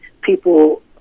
people